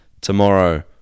tomorrow